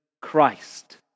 Christ